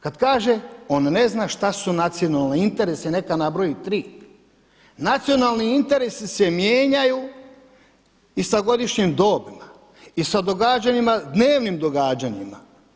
Kada kaže on ne zna šta su nacionalni interesi i neka nabroji 3. Nacionalni interesi se mijenjaju i sa godišnjim dobima i sa događanjima, dnevnim događanjima.